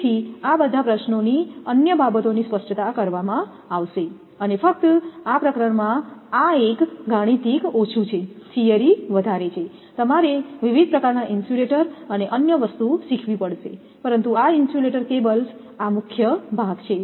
તેથી આ બધા પ્રશ્નોની અન્ય બાબતોની સ્પષ્ટતા કરવામાં આવશે અને ફક્ત આ પ્રકરણમાં આ એક ગાણિતિક ઓછું છે થીયરી વધારે છે તમારે વિવિધ પ્રકારનાં ઇન્સ્યુલેટર અને અન્ય વસ્તુ શીખવી પડશે પરંતુ આ ઇન્સ્યુલેટર કેબલ્સ આ મુખ્ય ભાગ છે